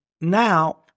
now